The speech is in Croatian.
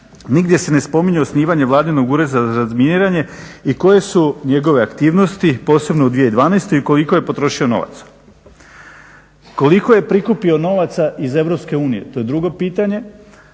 Nigdje se ne spominje osnivanje vladinog ureda za razminiranje i koje su njegove aktivnosti posebno u 2012.i koliko je potrošio novaca. Koliko je prikupio novaca iz EU, to je drugo pitanje.